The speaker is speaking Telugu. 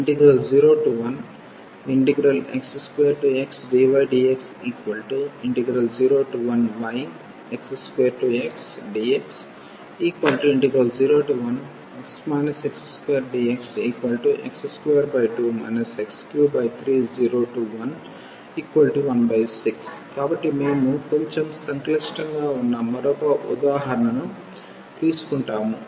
01x2xdydx01yx2xdx01dxx22 x330116 కాబట్టి మేము కొంచెం సంక్లిష్టంగా ఉన్న మరొక ఉదాహరణను తీసుకుంటాము